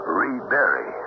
rebury